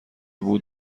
بود